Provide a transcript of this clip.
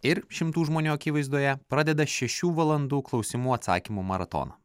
ir šimtų žmonių akivaizdoje pradeda šešių valandų klausimų atsakymų maratoną